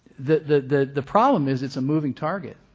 the the problem is it's a moving target.